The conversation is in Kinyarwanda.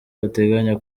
bateganya